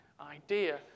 idea